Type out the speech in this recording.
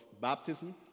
baptism